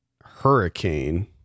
hurricane